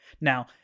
now